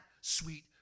sweet